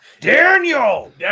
Daniel